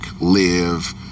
live